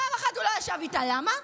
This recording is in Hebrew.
פעם אחת הוא לא ישב איתה, למה?